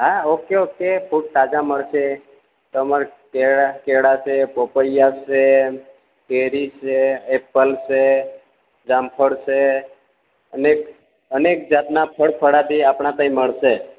હા okay okay fruit તાજા મળશે તમાર કેળાં કેળાં છે પપૈયાં છે કેરી છે એપલ છે જામફળ છે અને અનેક જાતના ફળફળાદી આપડા ત્યાં મળશે